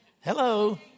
Hello